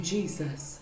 Jesus